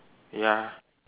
ya